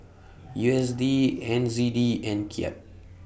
U S D N Z D and Kyat